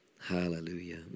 Hallelujah